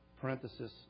Parenthesis